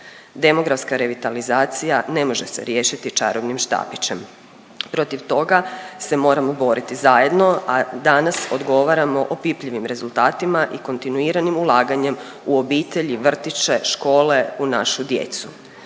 Demografska revitalizacija ne može se riješiti čarobnim štapićem. Protiv toga se moramo boriti zajedno, a danas odgovaramo opipljivim rezultatima i kontinuiranim ulaganjem u obitelj i vrtiće, škole, u našu djecu.